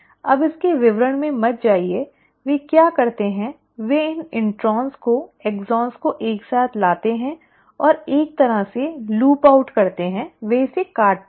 अब इसके विवरण में मत जाइए वे क्या करते हैं वे इन इंट्रॉन को एक्सॉन को एक साथ लाते हैं और एक तरह से लूप आउट करते हैं और वे इसे काटते हैं